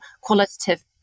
qualitative